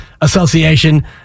association